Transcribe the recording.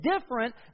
different